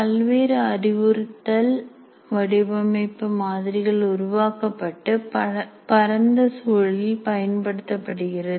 பல்வேறு அறிவுறுத்தல் வடிவமைப்பு மாதிரிகள் உருவாக்கப்பட்டு பரந்த சூழலில் பயன்படுத்தப்படுகிறது